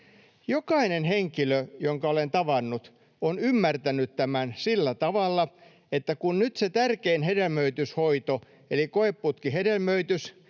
Jokainen henkilö, jonka olen tavannut, on ymmärtänyt tämän sillä tavalla, että kun nyt se tärkein hedelmöityshoito eli koeputkihedelmöitys,